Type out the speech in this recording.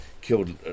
killed